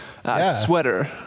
sweater